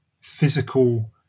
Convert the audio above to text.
physical